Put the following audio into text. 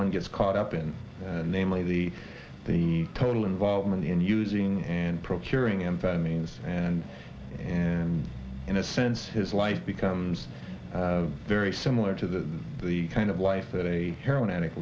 one gets caught up in namely the the total involvement in using and procuring amphetamines and and in a sense his life becomes very similar to the kind of life that a heroin addict